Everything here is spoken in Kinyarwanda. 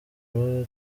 royal